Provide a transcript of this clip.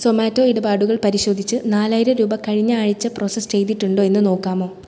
സൊമാറ്റോ ഇടപാടുകൾ പരിശോധിച്ച് നാലായിരം രൂപ കഴിഞ്ഞ ആഴ്ച പ്രോസസ്സ് ചെയ്തിട്ടുണ്ടോ എന്ന് നോക്കാമോ